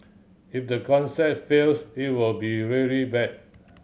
if the concept fails it will be really bad